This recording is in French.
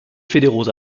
fédéraux